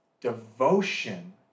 Devotion